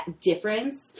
difference